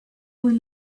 were